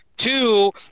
Two